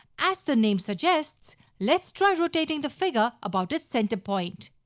as the name suggests, let's try rotating the figure about its center point.